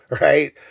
Right